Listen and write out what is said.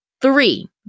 Three